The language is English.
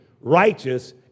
righteous